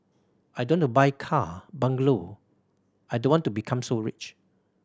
I don't to buy car bungalow I don't want to become so rich